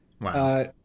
Wow